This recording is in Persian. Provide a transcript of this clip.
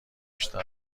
بیشتر